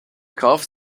kauft